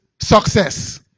success